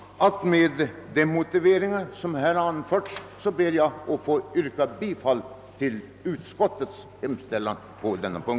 Med de motiveringar jag här anfört ber jag att få yrka bifall till utskottets hemställan.